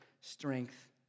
strength